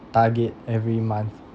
target every month